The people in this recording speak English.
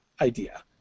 idea